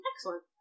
excellent